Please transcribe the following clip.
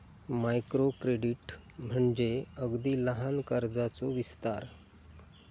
micro credit म्हणजे अगदी लहान कर्जाचो विस्तार